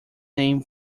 name